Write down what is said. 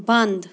بنٛد